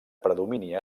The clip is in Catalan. predomini